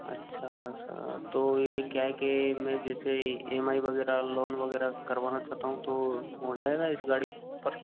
अच्छा सा तो ये क्या कि मैं जैसे ई एम आई वग़ैरह लोन वग़ैरह करवाना चाहता हूँ तो हो जाएगा इस गाड़ी पर